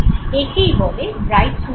একে বলে "brightness masking"